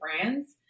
brands